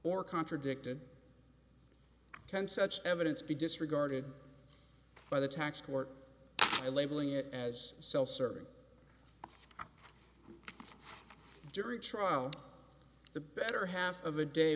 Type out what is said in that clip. or contradicted can such evidence be disregarded by the tax court or labeling it as self serving jury trial the better half of the